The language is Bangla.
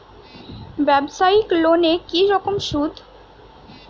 ব্যবসায়িক লোনে কি রকম সুদ?